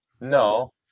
No